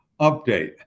update